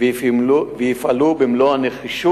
לפחות בצד האובייקטיבי אני חושב שמח"ש עושה את עבודתה.